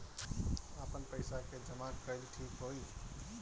आपन पईसा के जमा कईल ठीक होई?